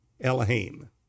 Elohim